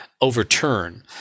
overturn